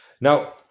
Now